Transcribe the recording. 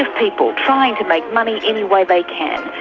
ah people trying to make money any way they can.